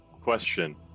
Question